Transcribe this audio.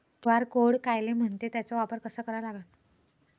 QR code कायले म्हनते, त्याचा वापर कसा करा लागन?